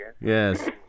Yes